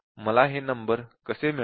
मला हे नंबर कसे मिळाले